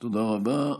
תודה רבה.